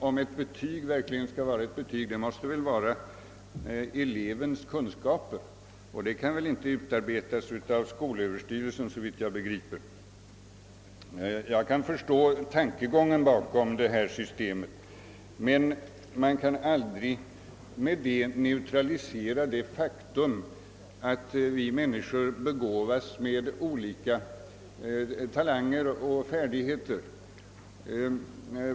Om ett betyg verkligen skall vara ett betyg, måste väl dess underlag vara elevens kunskaper, och de kan, såvitt jag begriper, inte påverkas av skolöverstyrelsen. Jag kan förstå tankegången bakom det relativa — betygsättningssystemet, men man kan aldrig därigenom neutralisera det faktum att vi människor inbördes begåvats med olika talanger och färdigheter.